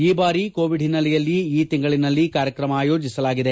ಈ ಬಾರಿ ಕೋವಿಡ್ ಹಿನ್ನೆಲೆಯಲ್ಲಿ ಈ ತಿಂಗಳಲ್ಲಿ ಕಾರ್ಯಕ್ರಮ ಆಯೋಜಿಸಲಾಗಿದೆ